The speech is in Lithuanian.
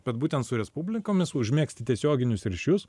bet būtent su respublikomis užmegzti tiesioginius ryšius